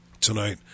tonight